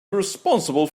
responsible